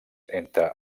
entre